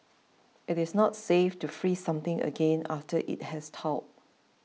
it is not safe to freeze something again after it has thawed